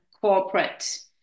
corporate